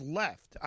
left